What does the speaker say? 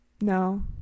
no